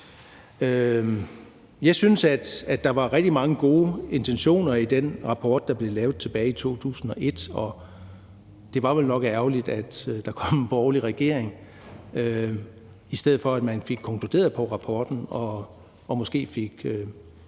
Jeg synes, at der var rigtig mange gode intentioner i den rapport, der blev lavet tilbage i 2001, og det var vel nok ærgerligt, at der kom en borgerlig regering, i stedet for at man fik konkluderet på rapporten og måske fik